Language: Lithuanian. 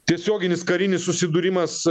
tiesioginis karinis susidūrimas